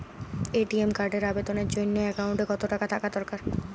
ATM কার্ডের আবেদনের জন্য অ্যাকাউন্টে কতো টাকা থাকা দরকার?